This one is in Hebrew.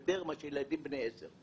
יותר מאשר ילדים בני עשר.